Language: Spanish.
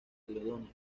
caledonia